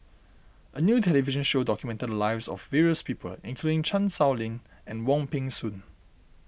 a new television show documented the lives of various people including Chan Sow Lin and Wong Peng Soon